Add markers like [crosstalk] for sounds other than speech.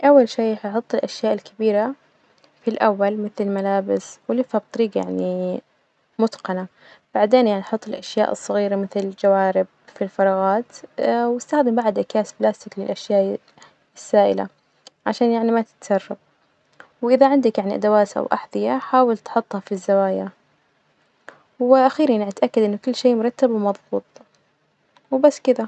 أول شي حأحط الأشياء الكبيرة في الأول مثل الملابس وألفها بطريجة يعني متقنة، بعدين يعني أحط الأشياء الصغيرة مثل الجوارب في الفراغات [hesitation] وأستخدم بعد أكياس بلاستيك للأشياء السائلة عشان يعني ما تتسرب، وإذا عندك يعني أدوات أو أحذية حاول تحطها في الزوايا، وأخيرا راح أتأكد إن كل شي مرتب ومظبوط وبس كذا.